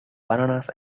bananas